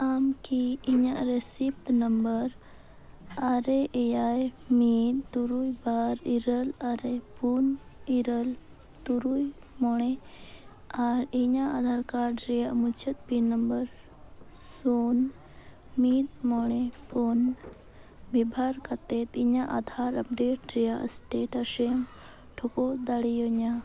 ᱟᱢᱠᱤ ᱤᱧᱟᱹᱜ receive number ᱟᱨᱮ ᱤᱭᱟᱭ ᱢᱤᱫ ᱛᱩᱨᱩᱭ ᱵᱟᱨ ᱤᱨᱟᱹᱞ ᱟᱨᱮ ᱯᱩᱱ ᱤᱨᱟᱹᱞ ᱛᱩᱨᱩᱭ ᱢᱚᱬᱮ ᱟᱨ ᱤᱧᱟᱹᱜ ᱟᱫᱷᱟᱨ ᱠᱟᱨᱰ ᱨᱮᱱᱟᱜ ᱢᱩᱪᱟᱹᱫ ᱯᱩᱱ ᱱᱟᱢᱵᱟᱨ ᱥᱩᱱ ᱢᱤᱫ ᱢᱚᱬᱮ ᱯᱩᱱ ᱵᱮᱵᱷᱟᱨ ᱠᱟᱛᱮᱫ ᱤᱧᱟᱹᱜ ᱟᱫᱷᱟᱨ ᱟᱯᱰᱮᱴ ᱨᱮᱱᱟᱜ ᱥᱴᱮᱴᱟᱥ ᱮᱢ ᱴᱷᱟᱹᱣᱠᱟᱹ ᱫᱟᱲᱮᱭᱟᱹᱧᱟᱹ